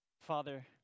Father